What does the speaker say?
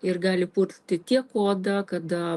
ir gali pulti tiek odą kada